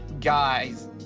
guys